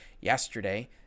Yesterday